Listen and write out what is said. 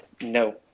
No